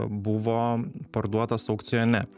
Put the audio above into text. buvo parduotas aukcione